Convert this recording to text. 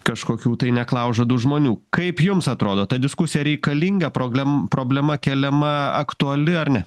kažkokių tai neklaužadų žmonių kaip jums atrodo ta diskusija reikalinga problem problema keliama aktuali ar ne